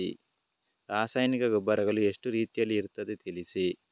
ರಾಸಾಯನಿಕ ಗೊಬ್ಬರಗಳು ಎಷ್ಟು ರೀತಿಯಲ್ಲಿ ಇರ್ತದೆ ತಿಳಿಸಿ?